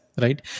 Right